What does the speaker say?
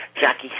Jackie